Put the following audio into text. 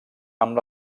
amb